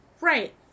Right